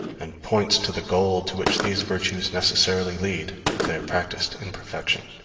and points to the goal to which these virtues necessarily lead, if they are practiced in perfection.